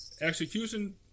execution